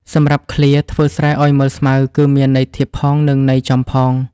សម្រាបឃ្លា ធ្វើស្រែឲ្យមើលស្មៅ គឺមានន័យធៀបផង និងន័យចំផង។